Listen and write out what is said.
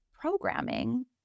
programming